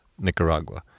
Nicaragua